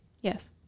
Yes